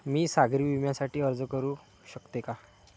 मी सागरी विम्यासाठी अर्ज करू शकते का?